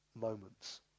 moments